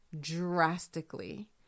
drastically